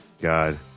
god